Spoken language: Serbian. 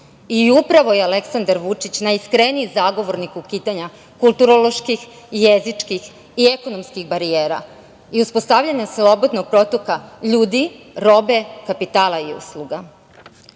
Upravo je Aleksandar Vučić najiskreniji zagovornik oko pitanja kulturoloških, jezičkih i ekonomskih barijera i uspostavljanja slobodnog protoka ljudi, robe, kapitala i usluga. Pored